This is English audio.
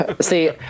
see